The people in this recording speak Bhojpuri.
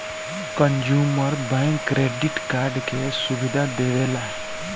कंजूमर बैंक क्रेडिट कार्ड के सुविधा देवेला